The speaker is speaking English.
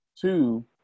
Two